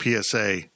PSA